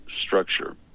structure